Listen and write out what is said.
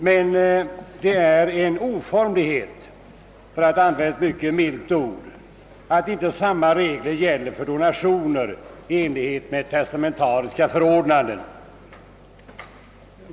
Det är däremot en oformlighet — för att använda ett mycket milt ord — att inte samma regler gäller för donationer i enlighet med testamentariska förordnanden.